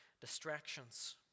distractions